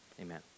Amen